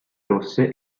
rosse